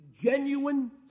genuine